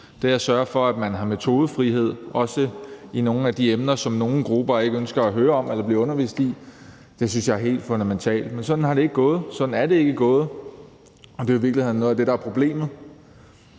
det at sørge for, at man har metodefrihed, også i nogle af de emner, som nogle grupper ikke ønsker at høre om eller blive undervist i, synes jeg er helt fundamentalt. Men sådan er det ikke gået, og det er jo i virkeligheden noget af det, der er problemet.